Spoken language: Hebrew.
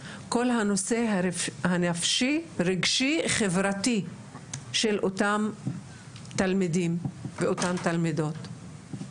כל הנושא הנפשי רגשי חברתי של אותם תלמידים ואותן תלמידות.